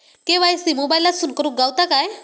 KYC मोबाईलातसून करुक गावता काय?